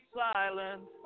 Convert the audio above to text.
silent